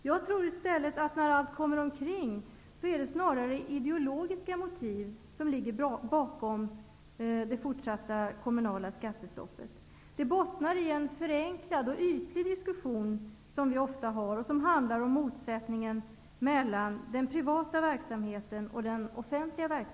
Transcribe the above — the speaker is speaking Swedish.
Jag tror i stället att när allt kommer omkring är det snarare ideologiska motiv som ligger bakom det fortsatta kommunala skattestoppet. Det bottnar i en förenklad och ytlig diskussion som ofta förs och som handlar om motsättningen mellan den privata verksamheten och den offentliga.